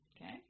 okay